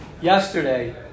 yesterday